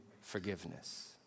forgiveness